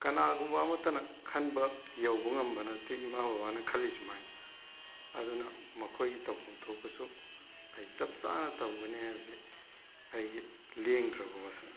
ꯀꯥꯅꯒꯨꯝꯕ ꯑꯃꯠꯇꯅ ꯈꯟꯕ ꯌꯧꯕ ꯉꯝꯕ ꯅꯠꯇꯦ ꯏꯃꯥ ꯕꯥꯕꯅ ꯈꯜꯂꯤ ꯁꯨꯃꯥꯏꯅ ꯑꯗꯨꯅ ꯃꯈꯣꯏꯒꯤ ꯇꯧꯐꯝ ꯊꯣꯛꯄꯁꯨ ꯑꯩ ꯆꯞ ꯆꯥꯅ ꯇꯧꯒꯅꯤ ꯍꯥꯏꯕꯁꯤ ꯑꯩꯒꯤ ꯂꯦꯡꯗ꯭ꯔꯕ ꯋꯥꯁꯛꯅꯤ